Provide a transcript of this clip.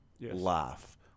life